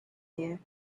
year